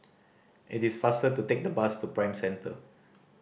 it is faster to take the bus to Prime Centre